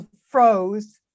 froze